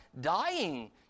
dying